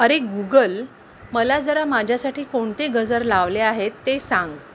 अरे गुगल मला जरा माझ्यासाठी कोणते गजर लावले आहेत ते सांग